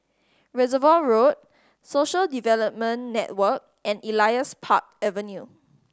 Reservoir Road Social Development Network and Elias Park Avenue